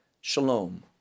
Shalom